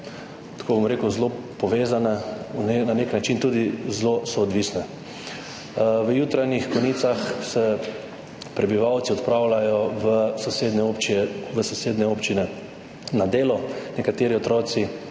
tri občine so zelo povezane, na neki način tudi zelo soodvisne. V jutranjih konicah se prebivalci odpravljajo v sosednje občine na delo, nekateri otroci